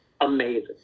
amazing